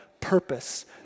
purpose